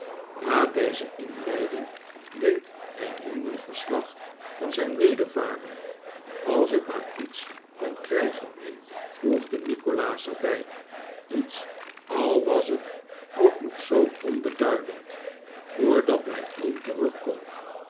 na deze inleiding deed hij newman verslag van zijn wedervaren als ik maar iets kon krijgen voegde nikolaas er bij iets al was het ook nog zoo onbeduidend voordat mijn oom terugkomt